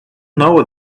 know